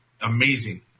amazing